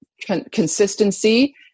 consistency